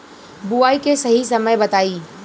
बुआई के सही समय बताई?